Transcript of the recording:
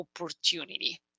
opportunity